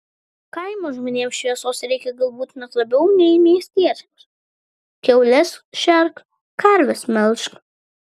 kaimo žmonėms šviesos reikia galbūt net labiau nei miestiečiams kiaules šerk karves melžk